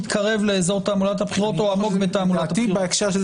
מתקרב לאזור תעמולת הבחירות או עמוק בתעמולת הבחירות.